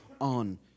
on